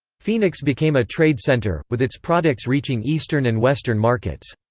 phoenix became a trade center, with its products reaching eastern and western markets.